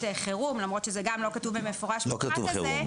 חירום למרות שזה גם לא כתוב במפורש -- לא כתוב "חירום",